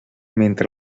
mentre